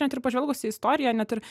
net ir pažvelgus į istoriją net ir